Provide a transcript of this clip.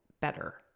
better